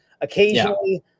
occasionally